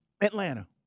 Atlanta